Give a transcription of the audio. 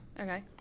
Okay